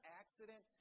accident